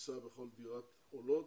כביסה בכל דירת עולות,